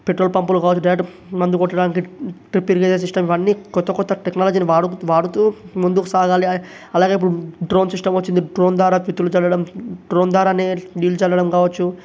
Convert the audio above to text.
petrol పంపులు కావచ్చు direct మందు కొట్టడానికి డ్రిప్ ఇరిగేషన్ సిస్టమ్ ఇవన్ని కొత్త కొత్త టెక్నాలజీని వాడు వాడుతూ ముందుకు సాగాలె అలా అలాగే ఇప్పుడు డ్రోన్ సిస్టమ్ వచ్చింది డ్రోన్ ద్వారా విత్తులు చల్లడం డ్రోన్ ద్వారానే నీళ్లు చల్లడం కావచ్చు